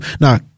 Now